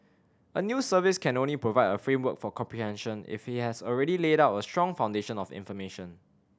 a news service can only provide a framework for comprehension if he has already laid a strong foundation of information